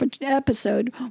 episode